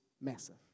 massive